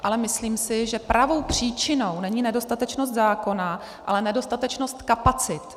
Ale myslím si, že pravou příčinou není nedostatečnost zákona, ale nedostatečnost kapacit.